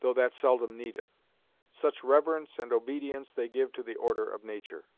though that seldom needeth such reverence and obedience they give to the order of nature.